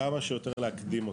כמה שיותר להקדים אותה.